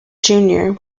junior